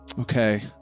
Okay